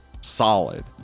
solid